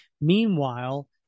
Meanwhile